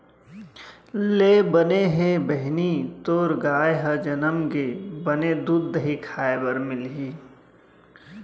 ले बने हे बहिनी तोर गाय ह जनम गे, बने दूद, दही खाय बर मिलही